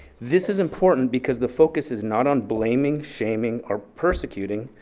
this is important because the focus is not on blaming, shaming, or persecuting,